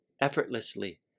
effortlessly